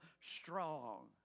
strong